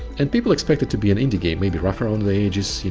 and people expect it to be an indie game, maybe rougher on the edges, y'know,